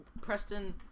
Preston